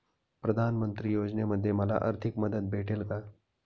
प्रधानमंत्री योजनेमध्ये मला आर्थिक मदत भेटेल का?